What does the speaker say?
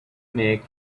make